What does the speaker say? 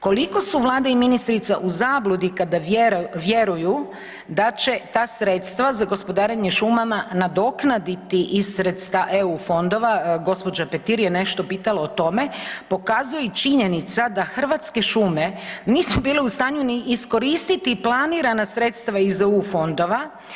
Koliko su Vlada i ministrica u zabludi kada vjeruju da će ta sredstva za gospodarenje šumama nadoknaditi iz sredstava EU fondova, gospođa Petir je nešto pitala o tome, pokazuje i činjenica da Hrvatske šume nisu bile u stanju ni iskoristiti planirana sredstva iz EU fondova.